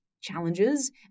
challenges